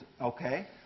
Okay